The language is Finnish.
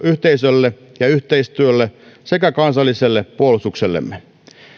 yhteisölle ja yhteistyölle sekä kansalliselle puolustuksellemme